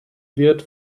wird